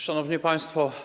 Szanowni Państwo!